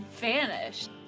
vanished